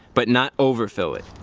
but not overfill it.